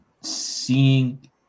seeing